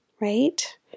right